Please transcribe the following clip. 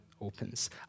opens